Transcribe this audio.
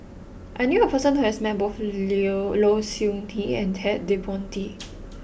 I knew a person who has met both Low Siew Nghee and Ted De Ponti